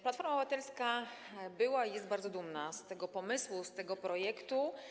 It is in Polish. Platforma Obywatelska była i jest bardzo dumna z tego pomysłu, z tego projektu.